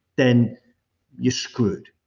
then you're screwed.